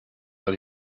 that